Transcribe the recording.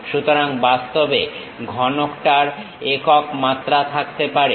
সুতরাং বাস্তবে ঘনকটার একক মাত্রা থাকতে পারে